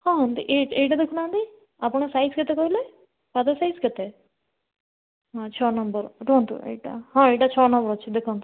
ହଁ ଏଇଟା ଦେଖୁନାହାଁନ୍ତି ଆପଣଙ୍କ ସାଇଜ୍ କେତେ କହିଲେ ପାଦ ସାଇଜ୍ କେତେ ଛଅ ନମ୍ବର ରୁହନ୍ତୁ ଏଇଟା ହଁ ଏଇଟା ଛଅ ନମ୍ବର ଅଛି ଦେଖନ୍ତୁ